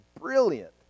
brilliant